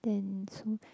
then so